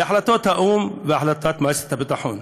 להחלטות האו"ם והחלטת מועצת הביטחון.